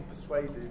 persuaded